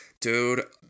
dude